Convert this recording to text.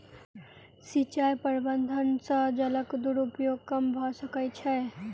सिचाई प्रबंधन से जलक दुरूपयोग कम भअ सकै छै